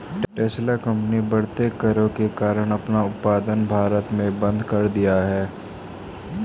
Tesla company बढ़ते करों के कारण अपना उत्पादन भारत में बंद कर दिया हैं